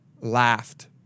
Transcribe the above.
laughed